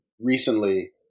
recently